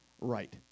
right